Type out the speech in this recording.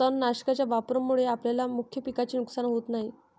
तणनाशकाच्या वापरामुळे आपल्या मुख्य पिकाचे नुकसान होत नाही